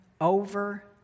over